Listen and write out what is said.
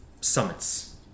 summits